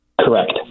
Correct